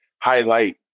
highlight